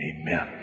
amen